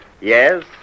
Yes